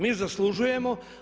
Mi zaslužujemo.